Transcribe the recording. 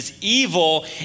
Evil